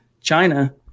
China